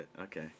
okay